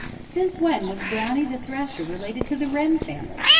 since when was brownie the thrasher related to the wren family?